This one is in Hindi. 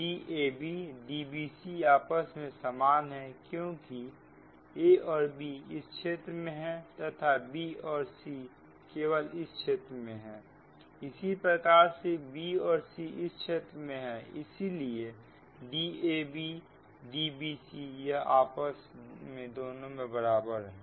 Dab Dbcआपस में सामान हैं क्योंकि a और b इस क्षेत्र में है तथा b और c केवल इस क्षेत्र में है इसी प्रकार से b और c इस क्षेत्र में है इसलिए Dab Dbc यह दोनों आपस में बराबर है